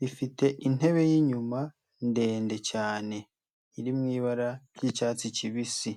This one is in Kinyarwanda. rifite intebe y'inyuma ndende cyane iri mu ibara ry'icyatsi kibisi.